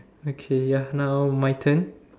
okay ya now my turn